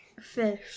fish